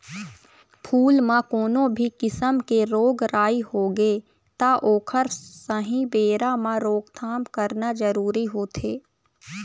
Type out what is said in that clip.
फूल म कोनो भी किसम के रोग राई होगे त ओखर सहीं बेरा म रोकथाम करना जरूरी होथे